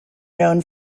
known